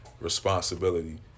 responsibility